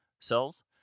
cells